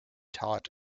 taught